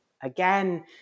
again